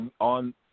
on